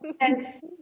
Yes